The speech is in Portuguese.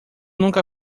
nunca